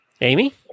Amy